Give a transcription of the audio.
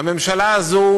הממשלה הזו